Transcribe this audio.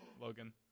Logan